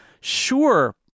Sure